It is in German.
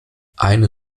eine